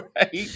right